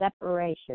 separation